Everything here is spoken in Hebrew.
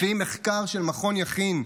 לפי מחקר של מכון יכין,